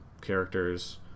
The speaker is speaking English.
characters